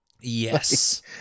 Yes